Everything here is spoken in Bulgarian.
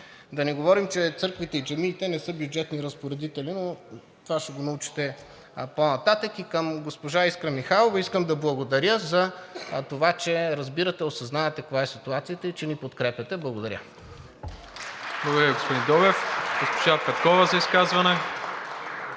да не говорим, че църквите и джамиите не са бюджетни разпоредители, но това ще го научите по-нататък. И към госпожа Искра Михайлова. Искам да благодаря за това, че разбирате и осъзнавате каква е ситуацията и ни подкрепяте. Благодаря. (Ръкопляскания от ГЕРБ-СДС.) ПРЕДСЕДАТЕЛ